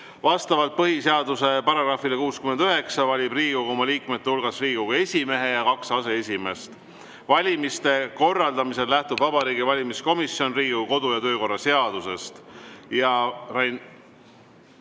Vastavalt põhiseaduse §-le 69 valib Riigikogu oma liikmete hulgast Riigikogu esimehe ja kaks aseesimeest. Valimiste korraldamisel lähtub Vabariigi Valimiskomisjon Riigikogu kodu- ja töökorra seadusest. Enne